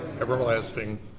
everlasting